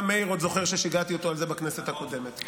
גם מאיר עוד זוכר ששיגעתי אותו על זה בכנסת הקודמת.